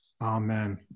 amen